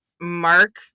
Mark